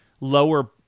lower